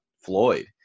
Floyd